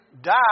die